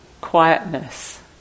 quietness